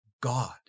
God